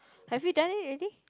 have you done it already